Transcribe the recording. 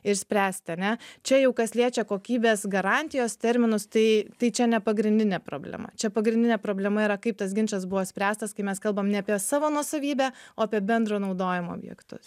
ir spręsti ane čia jau kas liečia kokybės garantijos terminus tai tai čia ne pagrindinė problema čia pagrindinė problema yra kaip tas ginčas buvo spręstas kai mes kalbam ne apie savo nuosavybę o apie bendro naudojimo objektus